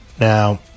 Now